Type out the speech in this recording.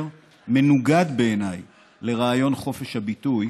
ומי לא מנוגדת בעיניי לרעיון חופש הביטוי,